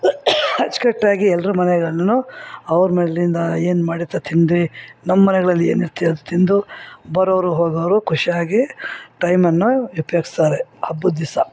ಅಚ್ಚುಕಟ್ಟಾಗಿ ಎಲ್ಲರು ಮನೆಗಳಲ್ಲು ಅವ್ರ ಮನೆಲಿಂದ ಏನ್ಮಾಡಿರ್ತಾರೆ ತಿಂದು ನಮ್ಮನೆಗ್ಳಲ್ಲಿ ಏನಿರತ್ತೆ ಅದು ತಿಂದು ಬರೋವರು ಹೋಗೋವ್ರು ಖುಷಿಯಾಗಿ ಟೈಮನ್ನು ಉಪ್ಯೋಗಿಸ್ತಾರೆ ಹಬ್ಬದ್ದಿಸ